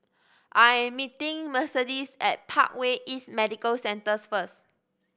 I am meeting Mercedes at Parkway East Medical Centre first